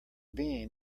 bean